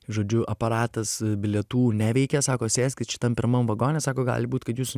žodžiu aparatas bilietų neveikia sako sėskit šitam pirmam vagone sako gali būt kad jūsų